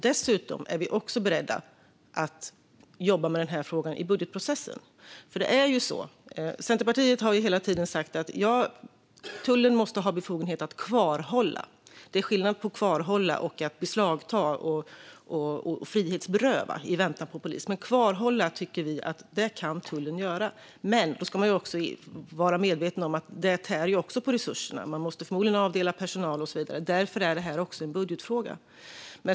Dessutom är vi beredda att jobba med denna fråga i budgetprocessen. Centerpartiet har hela tiden sagt att tullen måste ha befogenhet att kvarhålla. Det är skillnad på att kvarhålla och att beslagta och frihetsberöva i väntan på polisen. Kvarhålla tycker vi att tullen kan göra. Man ska dock vara medveten om att även detta tär på resurserna; man måste förmodligen avdela personal och så vidare. Därför är detta också en budgetfråga.